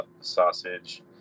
sausage